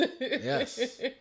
Yes